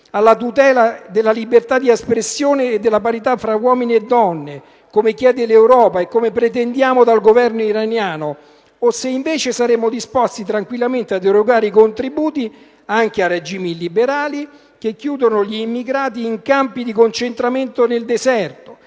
alla tutela della libertà di espressione e della parità tra uomini e donne, come chiede l'Europa e come pretendiamo dal Governo iraniano. Oppure se, al contrario, saremmo disposti ad erogare tranquillamente i contributi anche a regimi illiberali che chiudono gli immigrati in campi di concentramento nel deserto,